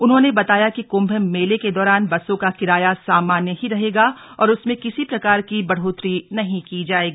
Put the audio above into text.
उन्होंने बताया कि कुंभ मेले के दौरान बसों का किराया सामान्य ही रहेगा और उसमें किसी प्रकार की बढ़ोतरी नहीं की जाएगी